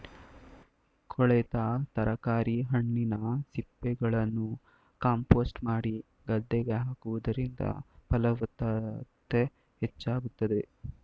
ಕೊಳೆತ ತರಕಾರಿ, ಹಣ್ಣಿನ ಸಿಪ್ಪೆಗಳನ್ನು ಕಾಂಪೋಸ್ಟ್ ಮಾಡಿ ಗದ್ದೆಗೆ ಹಾಕುವುದರಿಂದ ಫಲವತ್ತತೆ ಹೆಚ್ಚಾಗುತ್ತದೆ